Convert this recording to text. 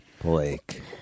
Blake